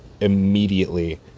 immediately